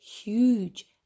huge